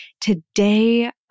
Today